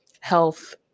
health